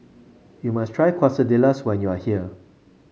you must try Quesadillas when you are here